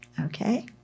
Okay